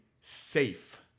safe